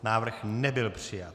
Návrh nebyl přijat.